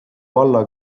valla